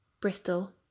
Bristol